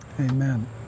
Amen